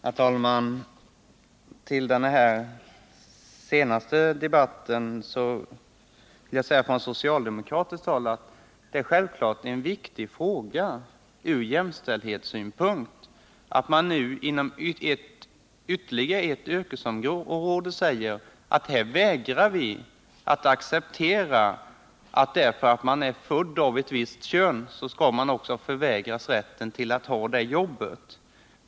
Herr talman! Med anledning av den senast förda debatten vill jag från socialdemokratiskt håll säga att det självfallet är viktigt från jämställdhetssynpunkt att man nu inom ytterligare ett yrkesområde säger att vi vägrar att acceptera att man förvägras rätten till ett visst jobb på grund av könstillhörighet.